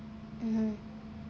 mmhmm